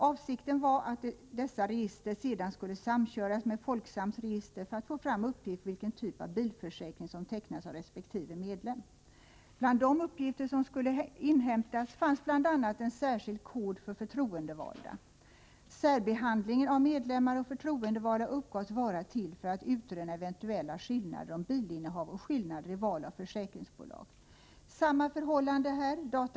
Avsikten var att sedan samköra dessa register med Folksams register för att man skulle få fram uppgifter om vilken typ av bilförsäkring som tecknats av resp. medlem. Bland de uppgifter som skulle inhämtas fanns en särskild kod för förtroendevalda. Särbehandlingen av medlemmar och förtroendevalda uppgavs vara till för att utröna eventuella skillnader i fråga om bilinnehav och skillnader i val av försäkringsbolag. Samma förhållande kan konstateras i detta avseende.